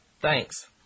Thanks